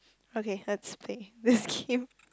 okay let's play the game